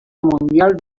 mundial